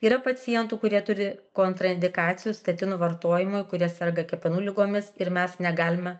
yra pacientų kurie turi kontraindikacijų statinų vartojimui kurie serga kepenų ligomis ir mes negalime